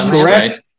correct